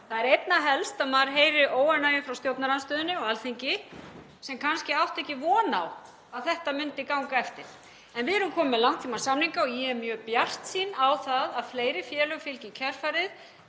Það eru einna helst að maður heyri óánægju frá stjórnarandstöðunni á Alþingi sem kannski átti ekki von á að þetta myndi ganga eftir. Við erum komin með langtímasamninga og ég er mjög bjartsýn á það að fleiri félög fylgi í kjölfarið.